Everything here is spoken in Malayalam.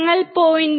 ഞങ്ങൾ 0